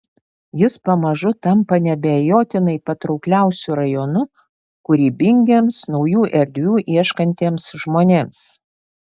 jis pamažu tampa neabejotinai patraukliausiu rajonu kūrybingiems naujų erdvių ieškantiems žmonėms